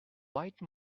white